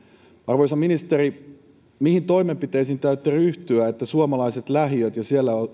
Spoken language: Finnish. arvoisa ministeri mihin toimenpiteisiin te aiotte ryhtyä että suomalaiset lähiöt ja siellä